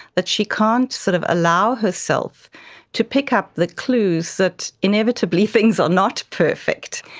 that she can't sort of allow herself to pick up the clues that inevitably things are not perfect,